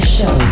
Show